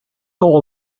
all